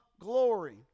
glory